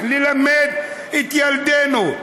נלמד את ילדינו,